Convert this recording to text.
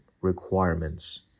requirements